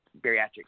bariatric